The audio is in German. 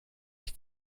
ich